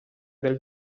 del